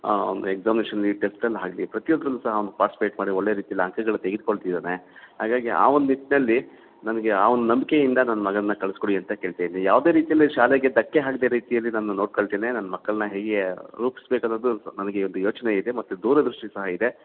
ಅವ್ನು ಎಗ್ಸಾಮಿನೇಷನಲ್ಲಿ ಟೆಸ್ಟಲ್ಲಿ ಆಗಲಿ ಪ್ರತಿಯೊಂದ್ರಲ್ಲಿ ಸಹ ಅವನು ಪಾರ್ಟಿಸಿಪೇಟ್ ಮಾಡಿ ಒಳ್ಳೆಯ ರೀತಿಯಲ್ಲಿ ಅಂಕಗಳು ತೆಗೆದ್ಕೊಳ್ತಿದ್ದಾನೆ ಹಾಗಾಗಿ ಆ ಒಂದು ನಿಟ್ಟಿನಲ್ಲಿ ನನಗೆ ಆ ಒಂದು ನಂಬಿಕೆಯಿಂದ ನನ್ನ ಮಗನ್ನ ಕಳ್ಸ್ಕೊಡಿ ಅಂತ ಕೇಳ್ತಾ ಇದ್ದೀನಿ ಯಾವುದೇ ರೀತಿಯ ಶಾಲೆಗೆ ಧಕ್ಕೆ ಆಗ್ದೆ ರೀತಿಯಲ್ಲಿ ನಾನು ನೋಡ್ಕೊಳ್ತೇನೆ ನನ್ನ ಮಕ್ಕಳನ್ನ ಹೇಗೆ ರೂಪಿಸ್ಬೇಕು ಅನ್ನೋದು ನನಗೆ ಒಂದು ಯೋಚನೆ ಇದೆ ಮತ್ತು ದೂರದೃಷ್ಟಿ ಸಹ ಇದೆ